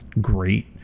great